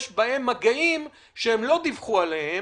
יש בהם מגעים שהם לא דיווחו עליהם,